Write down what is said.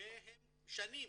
והם שנים.